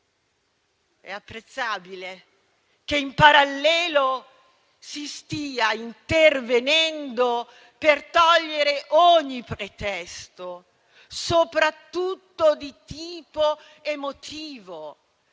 È apprezzabile che in parallelo si stia intervenendo per togliere ogni pretesto soprattutto di tipo emotivo,